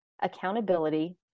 accountability